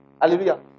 Hallelujah